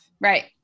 right